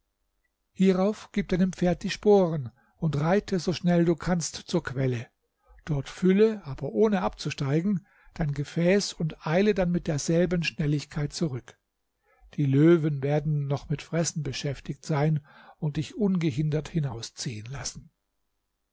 hierauf gib deinem pferd die sporen und reite so schnell du kannst zur quelle dort fülle aber ohne abzusteigen dein gefäß und eile dann mit derselben schnelligkeit zurück die löwen werden noch mit fressen beschäftigt sein und dich ungehindert hinausziehen lassen